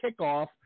kickoff